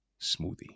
Smoothie